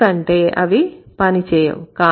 ఎందుకంటే అవి పని చేయవు